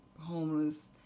homeless